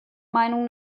meinung